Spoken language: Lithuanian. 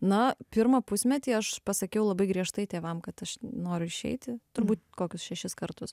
na pirmą pusmetį aš pasakiau labai griežtai tėvam kad aš noriu išeiti turbūt kokius šešis kartus